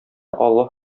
аллаһ